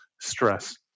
stress